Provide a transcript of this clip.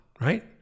right